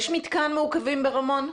יש מתקן מעוכבים ברמון?